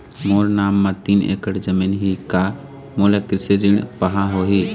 मोर नाम म तीन एकड़ जमीन ही का मोला कृषि ऋण पाहां होही?